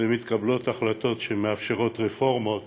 ומתקבלות החלטות שמאפשרות רפורמות